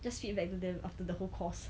just feedback to them after the whole course